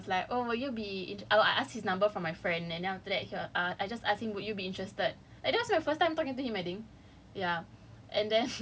ya then after that I I ask him lah I was like oh will you be interested oh I ask his number from my friend and then after that ah I just ask him would you be interested and that was my first time talking to him I think